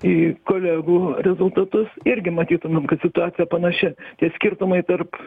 į kolegų rezultatus irgi matytumėm kad situacija panaši tie skirtumai tarp